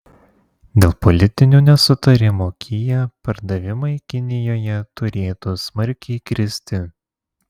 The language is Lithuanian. dėl politinių nesutarimų kia pardavimai kinijoje turėtų smarkiai kristi